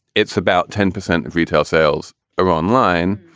it's about ten percent of retail sales are online,